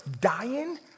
dying